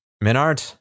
Minard